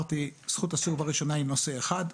זכות הסירוב הראשונה היא נושא אחד,